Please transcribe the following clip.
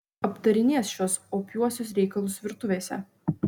aptarinės šiuos opiuosius reikalus virtuvėse